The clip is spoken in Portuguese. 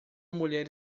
mulher